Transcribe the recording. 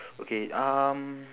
okay um